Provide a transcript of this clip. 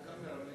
אתה גם מרמה.